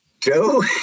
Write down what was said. Joe